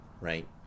right